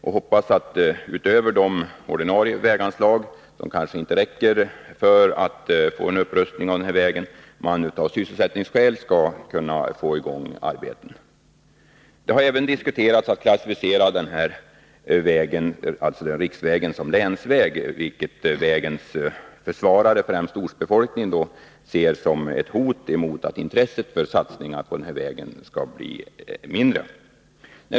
Jag hoppas att det utöver de ordinarie väganslagen — som kanske inte räcker för att få en upprustning av denna väg till stånd — skall vara möjligt att få i gång vägarbeten med arbetsmarknadsmedel. Man har även diskuterat att klassificera denna riksväg som länsväg, vilket vägens försvarare — främst ortsbefolkningen — ser som ett hot mot vägen. Man befarar att intresset för satsningar på vägen därigenom skulle bli mindre.